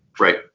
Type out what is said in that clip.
Right